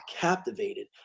captivated